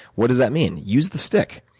what does that mean? use the stick.